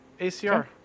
ACR